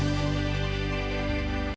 Дякую